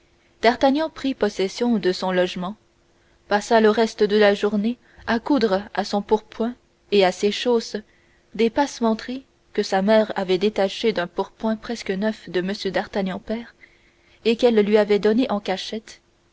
d'artagnan prit possession de son logement passa le reste de la journée à coudre à son pourpoint et à ses chausses des passementeries que sa mère avait détachées d'un pourpoint presque neuf de m d'artagnan père et qu'elle lui avait données en cachette